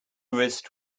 wrist